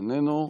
איננו,